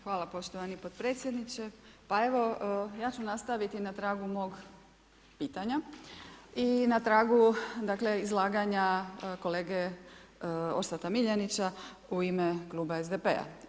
Hvala podpredsjedniče, pa evo ja ću nastaviti na tragu mog pitanja i na tragu dakle izlaganja kolege Orsata Miljenića u ime Kluba SDP-a.